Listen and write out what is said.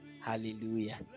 Hallelujah